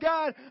God